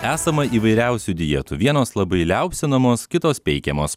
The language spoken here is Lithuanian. esama įvairiausių dietų vienos labai liaupsinamos kitos peikiamos